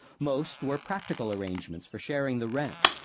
most were practical arrangements for sharing the rent,